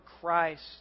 Christ